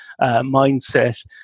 mindset